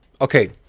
Okay